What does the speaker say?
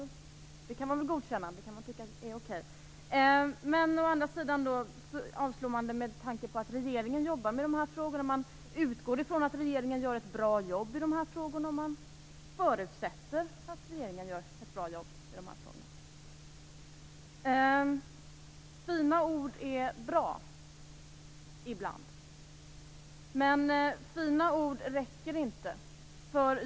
Det kan man väl godkänna. Det kan man tycka är okej. Å andra sidan avslår man med hänvisning till att regeringen jobbar med de här frågorna. Man utgår från att regeringen gör ett bra jobb i de här frågorna. Man förutsätter att regeringen gör ett bra jobb i de här frågorna. Fina ord är bra ibland. Men fina ord räcker inte.